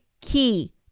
key